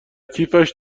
کیفش